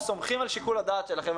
אנחנו סומכים על שיקול הדעת שלכם.